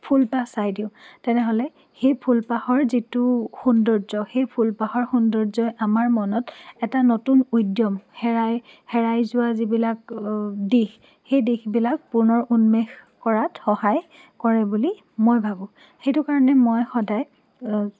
সেই ফুলপাহ চাই দিওঁ তেনেহ'লে সেই ফুলপাহৰ যিটো সৌন্দৰ্য সেই ফুলপাহৰ সৌন্দৰ্যই আমাৰ মনত এটা নতুন উদ্যম হেৰাই হেৰাই যোৱা যিবিলাক দিশ সেই দিশবিলাক পুনৰ উন্মেষ কৰাত সহায় কৰে বুলি মই ভাবোঁ সেইটো কাৰণে মই সদায়